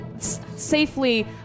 safely